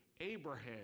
Abraham